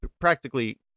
practically